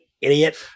idiot